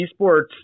esports